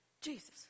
Jesus